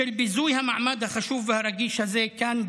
בשל ביזוי המעמד החשוב והרגיש הזה כאן,